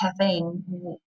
caffeine